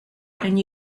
and